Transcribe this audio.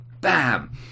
bam